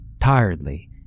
tiredly